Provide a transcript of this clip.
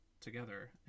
together